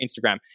Instagram